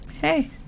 Hey